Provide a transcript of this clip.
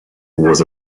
was